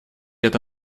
это